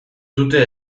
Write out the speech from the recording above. dute